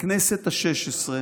בכנסת השש-עשרה